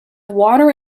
water